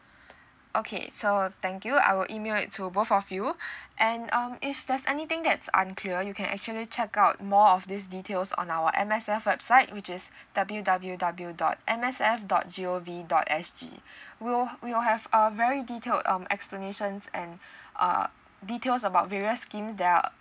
okay so thank you I will email it to both of you and um if there's anything that's unclear you can actually check out more of these details on our M_S_F website which is W W W dot M S F dot G_O_V dot S_G we'll we will have a very detailed um explanations and uh details about various schemes there are